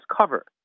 cover